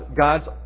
God's